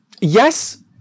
Yes